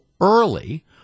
early